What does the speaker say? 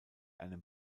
einem